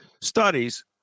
studies